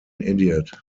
idiot